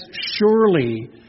surely